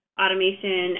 automation